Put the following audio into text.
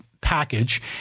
package